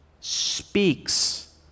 speaks